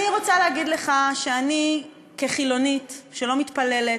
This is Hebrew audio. אני רוצה להגיד לך שאני כחילונית שלא מתפללת,